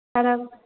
सारा